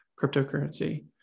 cryptocurrency